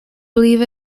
believe